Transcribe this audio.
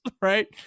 right